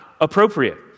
appropriate